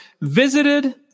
visited